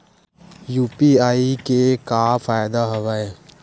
UPI के का फ़ायदा हवय?